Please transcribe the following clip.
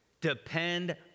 Depend